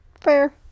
Fair